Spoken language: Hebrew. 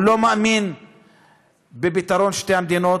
הוא לא מאמין בפתרון שתי המדינות,